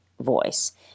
voice